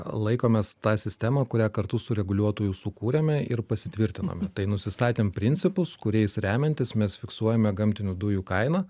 laikomės tą sistemą kurią kartu su reguliuotoju sukūrėme ir pasitvirtinome tai nusistatėm principus kuriais remiantis mes fiksuojame gamtinių dujų kainą